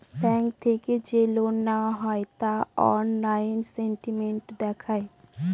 bank থেকে যে loan নেওয়া হয় তা অনলাইন স্টেটমেন্ট দেখায়